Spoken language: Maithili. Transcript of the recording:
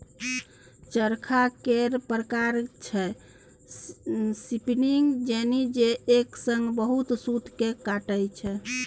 चरखा केर प्रकार छै स्पीनिंग जेनी जे एक संगे बहुत सुत केँ काटय छै